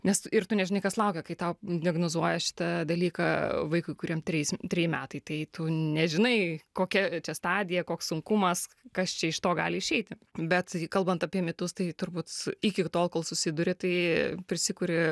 nes ir tu nežinai kas laukia kai tau diagnozuoja šitą dalyką vaikui kuriam trys treji metai tai tu nežinai kokia čia stadija koks sunkumas kas čia iš to gali išeiti bet kalbant apie mitus tai turbūt iki tol kol susiduri tai prisikuri